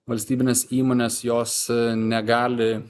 valstybinės įmonės jos negali